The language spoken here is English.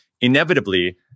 Inevitably